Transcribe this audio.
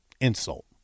Insult